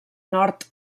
nord